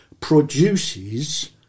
produces